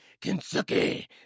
Kentucky